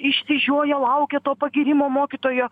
išsižioję laukia to pagyrimo mokytojo